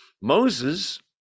Moses